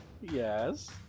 Yes